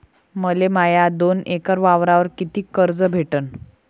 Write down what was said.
मले माया दोन एकर वावरावर कितीक कर्ज भेटन?